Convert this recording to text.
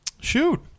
shoot